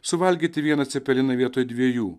suvalgyti vieną cepeliną vietoj dviejų